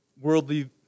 worldly